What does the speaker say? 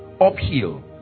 Uphill